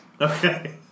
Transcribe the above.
Okay